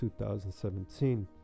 2017